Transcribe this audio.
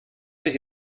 sich